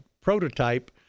prototype